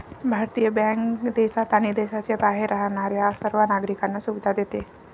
भारतीय बँक देशात आणि देशाच्या बाहेर राहणाऱ्या सर्व नागरिकांना सुविधा देते